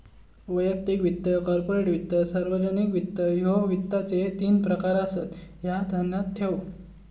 वैयक्तिक वित्त, कॉर्पोरेट वित्त, सार्वजनिक वित्त, ह्ये वित्ताचे तीन प्रकार आसत, ह्या ध्यानात ठेव